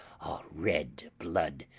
red blood,